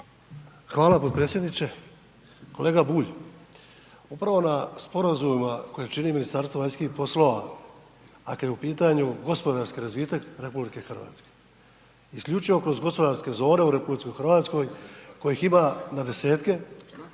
Hvala potpredsjedniče. Kolega Bulj, upravo na sporazumima koje čini Ministarstvo vanjskih poslova ako je u pitanju gospodarski razvitak RH, isključivo kroz gospodarske zone u RH kojih ima na desetke